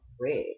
red